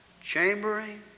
chambering